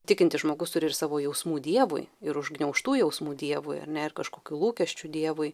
tikintis žmogus turi ir savo jausmų dievui ir užgniaužtų jausmų dievui ar ne ir kažkokių lūkesčių dievui